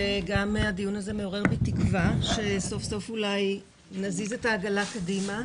הדיון הזה מעורר בי תקווה שסוף-סוף אולי נזיז את העגלה קדימה.